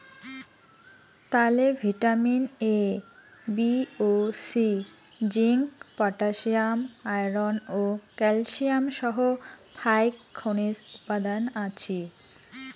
তালে vitamin A, B ও C, zinc, potassium, iron ও ক্যালসিয়াম সহ ফাইক খনিজ উপাদান আছি